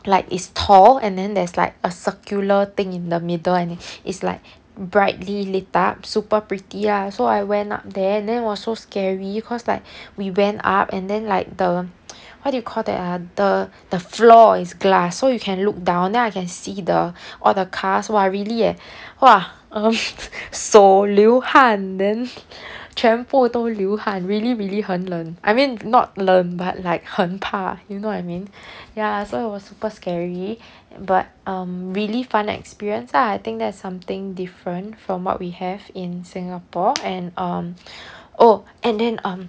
like it's tall and then there's like a circular thing in the middle and is like brightly lit up super pretty ah so I went up there then was so scary cause like we went up and then like the what do you call that ah the the floor is glass so you can look down then I can see the all the cars !wah! really eh !wah! um 手流汗 then 全部都流汗 really really 很冷 I mean not 冷 but like 很怕 you know what I mean ya so it was super scary but um really fun experience I think there's something different from what we have in singapore and um oh and then um